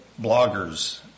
bloggers